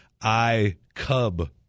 iCub